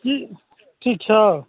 की ठीक छह